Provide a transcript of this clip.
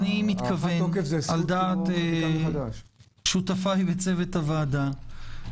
אני מתכוון על דעת שותפיי וצוות הוועדה,